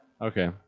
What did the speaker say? Okay